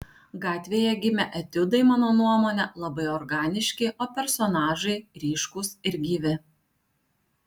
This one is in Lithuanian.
gatvėje gimę etiudai mano nuomone labai organiški o personažai ryškūs ir gyvi